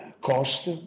cost